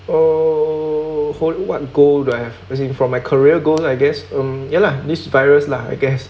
oh for what goal do I have as in for my career goal I guess um ya lah this virus lah I guess